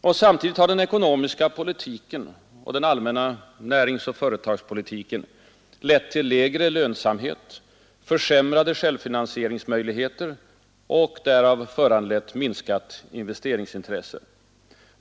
Och samtidigt har den ekonomiska politiken och den allmänna företagspolitiken lett till ringsmöjligheter och därav för lägre lönsamhet, försämrade självfinans anlett minskat investeringsintresse.